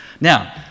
Now